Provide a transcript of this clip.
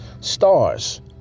Stars